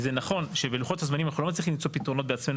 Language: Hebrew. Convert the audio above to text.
וזה נכון שבלוחות הזמנים אנחנו לא מצליחים למצוא פתרונות בעצמנו